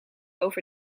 over